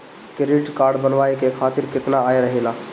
Credit card बनवाए के खातिर केतना आय रहेला?